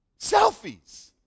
selfies